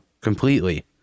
completely